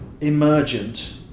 emergent